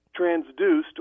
transduced